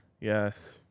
yes